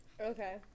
Okay